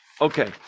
Okay